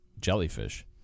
jellyfish